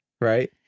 right